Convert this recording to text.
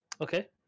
Okay